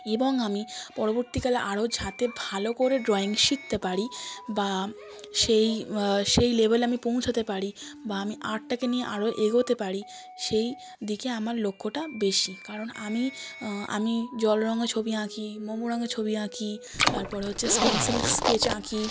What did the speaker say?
এবং আমি পরবর্তীকালে আরো যাতে ভালো করে ড্রয়িং শিখতে পারি বা সেই সেই লেবেলে আমি পৌঁছাতে পারি বা আমি আর্টটাকে নিয়ে আরো এগোতে পারি সেই দিকে আমার লক্ষ্যটা বেশি কারণ আমি আমি জল রঙও ছবি আঁকি মোম রঙও ছবি আঁকি তারপর হচ্ছে পেনসিল স্কেচ আঁকি